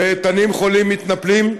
תנים חולים שמתנפלים,